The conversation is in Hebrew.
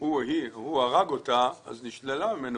הוא הרג אותה אז נשלל ממנה